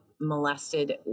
molested